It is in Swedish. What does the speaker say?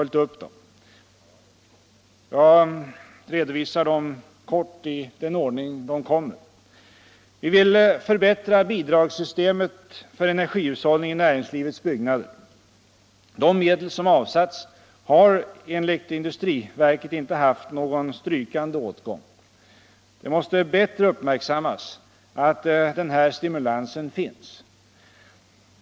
Jag redovisar dessa förslag kort i den ordning de kommer. Vi vill förbättra bidragssystemet för energihushållning i näringslivets byggnader. De medel som avsatts har enligt industriverket inte haft någon strykande åtgång. Det måste bättre uppmärksammas att den här stimulansen finns.